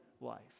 life